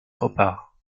repart